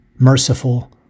merciful